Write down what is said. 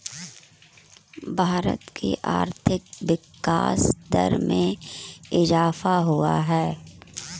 भारत की आर्थिक विकास दर में इजाफ़ा हुआ है